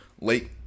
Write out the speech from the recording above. late